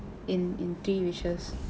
in in three wishes